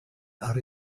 are